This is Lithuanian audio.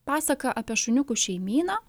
pasaka apie šuniukų šeimyną